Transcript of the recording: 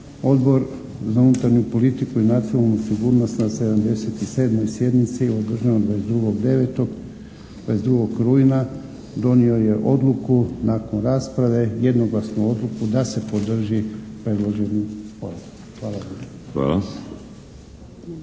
Odbor za unutarnju politiku i nacionalnu sigurnost na 77. sjednici održanoj 22.9., 22. rujna donio je odluku nakon rasprave, jednoglasnu odluku da se podrži predloženi …